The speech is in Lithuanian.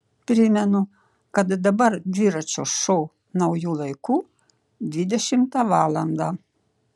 primenu kad dabar dviračio šou nauju laiku dvidešimtą valandą